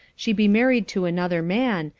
she be married to another man,